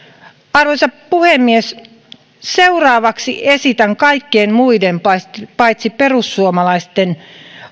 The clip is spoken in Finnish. arvoisa puhemies seuraavaksi esitän kaikkien muiden oppositiopuolueiden paitsi perussuomalaisten